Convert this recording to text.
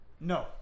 No